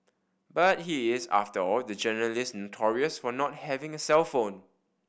but he is after all the journalist notorious for not having a cellphone